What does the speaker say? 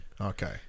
okay